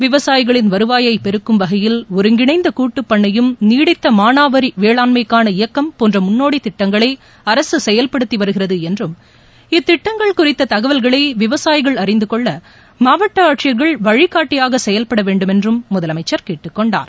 விவசாயிகளின் வருவாயை பெருக்கும் வகையில் ஒருங்கிணைந்த கூட்டுப்பண்ணையும் நீடித்த மானாவாரி வேளாண்மைக்கான இயக்கம் போன்ற முன்னோடித் திட்டங்களை அரசு செயல்படுத்தி வருகிறது என்றும் இத்திட்டங்கள் குறித்த தகவல்களை விவசாயிகள் அறிந்துகொள்ள மாவட்ட ஆட்சியர்கள் வழிகாட்டியாக செயல்பட வேண்டும் என்றும் முதலமைச்சர் கேட்டுக்கொண்டார்